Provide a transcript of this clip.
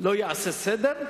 לא יעשה סדר,